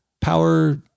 power